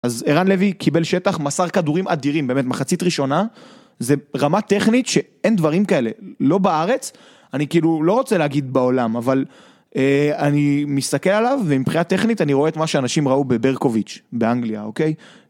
אז ערן לוי קיבל שטח מסר כדורים אדירים, באמת מחצית ראשונה, זה רמה טכנית שאין דברים כאלה, לא בארץ, אני כאילו לא רוצה להגיד בעולם, אבל אני מסתכל עליו ומבחינה טכנית אני רואה את מה שאנשים ראו בברקוביץ', באנגליה, אוקיי?